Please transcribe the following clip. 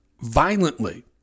violently